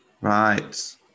right